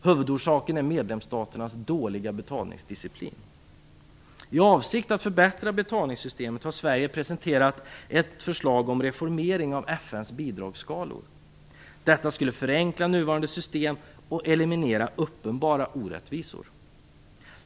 Huvudorsaken är medlemsstaternas dåliga betalningsdisciplin. I avsikt att förbättra betalningssystemet har Sverige presenterat ett förslag om reformering av FN:s bidragsskalor. Detta skulle förenkla nuvarande system och eliminera uppenbara orättvisor.